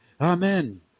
Amen